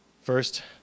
First